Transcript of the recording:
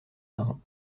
marins